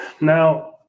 Now